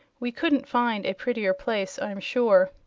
we couldn't find a prettier place, i'm sure.